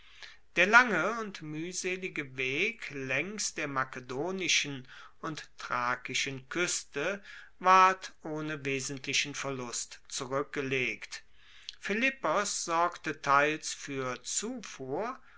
der lange und muehselige weg laengs der makedonischen und thrakischen kueste ward ohne wesentlichen verlust zurueckgelegt philippos sorgte teils fuer zufuhr